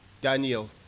Daniel